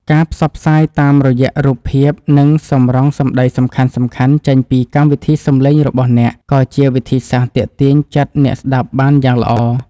ការផ្សព្វផ្សាយតាមរយៈរូបភាព និងសម្រង់សម្តីសំខាន់ៗចេញពីកម្មវិធីសំឡេងរបស់អ្នកក៏ជាវិធីសាស្ត្រទាក់ទាញចិត្តអ្នកស្តាប់បានយ៉ាងល្អ។